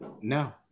No